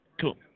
Cool